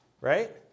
right